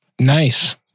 Nice